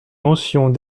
mentions